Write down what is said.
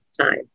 time